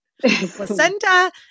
placenta